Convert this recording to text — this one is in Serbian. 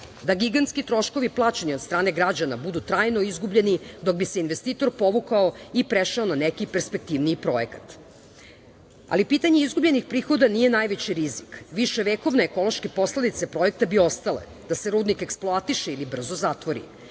da gigantski troškovi plaćeni od strane građana budu trajno izgubljeni, dok bi se investitor povukao i prešao na neki perspektivniji projekat. Ali, pitanje izgubljenih prihoda nije najveći rizik, viševekovne posledice projekta bi ostale da se rudnik eksploatiše ili brzo zatvori. Kao